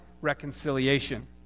reconciliation